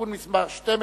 תודה